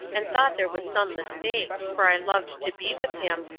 and thought there was some mistake, for i loved to be with him,